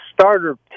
starter